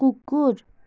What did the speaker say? कुकुर